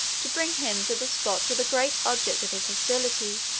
to bring him to the spot where the great object of his hostility,